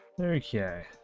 Okay